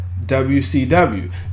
WCW